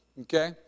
Okay